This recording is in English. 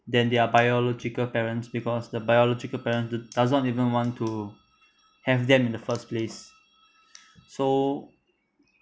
than their biological parents because the biological parents does~ does not even want to have them in the first place so